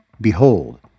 Behold